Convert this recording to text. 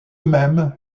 même